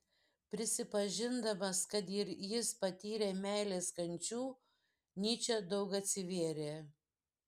prisipažindamas kad ir jis patyrė meilės kančių nyčė daug atsivėrė